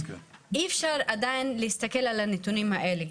אי אפשר עדיין להסתכל על הנתונים האלה.